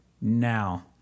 now